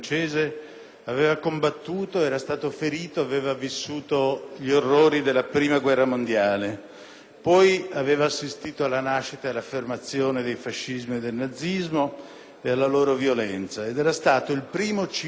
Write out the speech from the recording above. Ha combattuto, è stato ferito ed ha vissuto gli orrori della prima guerra mondiale; in seguito, ha assistito alla nascita e all'affermazione del fascismo e del nazismo, alla loro violenza, ed è stato il primo civile